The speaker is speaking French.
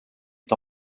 est